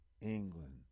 England